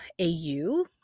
au